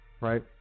Right